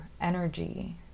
energy